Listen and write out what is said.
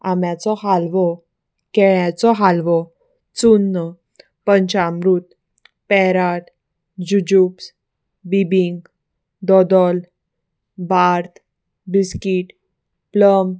आंब्याचो हालवो केळ्याचो हालवो चुनुन्न पंचामृत पेरट जुजुब्स बिबींग दोदोल बार्थ बिस्कीट प्लम